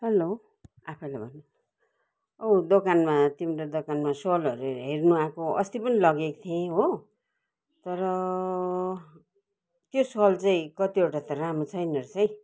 hello औ दोकानमा तिम्रो दोकानमा सलहरू हेर्नु आएको अस्ति पनि लगेको थिएँ हो तर त्यो सल चाहिँ कतिवटा त राम्रो छैन रहेछ है